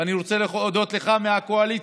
ואני רוצה להודות לך, מהקואליציה.